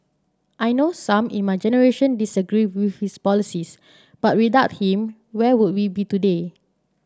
I know some in my generation disagree with his policies but without him where would we be today